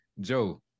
Joe